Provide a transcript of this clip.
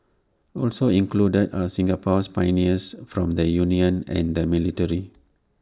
also included are Singapore's pioneers from the unions and the military